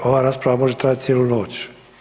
I ova rasprava može trajati cijelu noć.